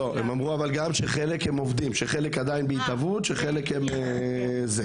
אבל הם אמרו שחלק עדיין בהתהוות והם עובדים.